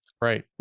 Right